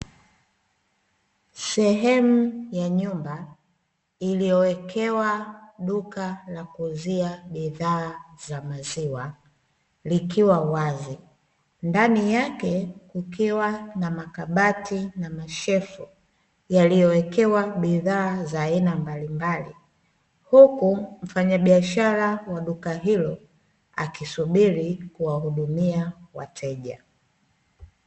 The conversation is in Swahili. Sehemu ya nyumba iliyowekewa duka la kuuzia bidhaa za maziwa likiwa wazi. Ndani yake kukiwa na makabati na mashelfu yaliyowekewa bidhaa za aina mbalimbali, huku mfanyabiashara wa duka hilo akisubiri kuwahudumia wateja.